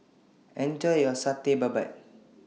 Enjoy your Satay Babat